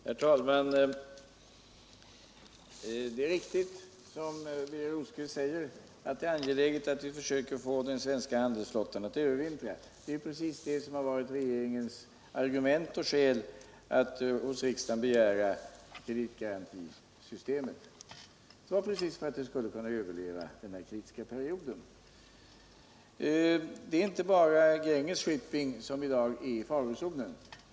Herr talman! Det är riktigt som Birger Rosqvist säger att det är angeläget att vi försöker få den svenska handelsflottan att övervintra. Det är precis det som varil regeringens argument och skäl för att hos riksdagen begära godkännande av kreditgarantisystemet. Avsikten med det var just att rederinäringen skulle kunna överleva den här kritiska perioden. Det är inte bara Gränges Shipping som i dag är i farozonen.